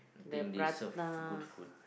the prata